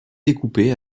découpée